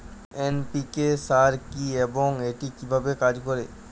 NPK সার কি এবং এটি কিভাবে কাজ করে?